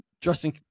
Justin